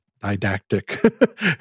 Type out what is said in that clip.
didactic